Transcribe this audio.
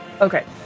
Okay